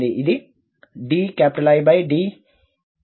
ఇది dIdα 2aI